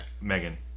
Megan